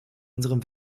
unserem